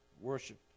worship